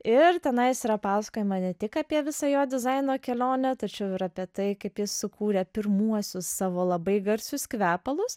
ir tenais yra pasakojama ne tik apie visą jo dizaino kelionę tačiau ir apie tai kaip jis sukūrė pirmuosius savo labai garsius kvepalus